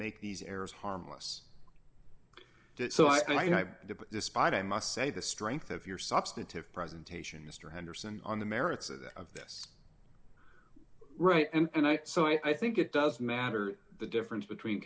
make these errors harmless so i think despite i must say the strength of your substantive presentation mr henderson on the merits of this right and i so i think it doesn't matter the difference between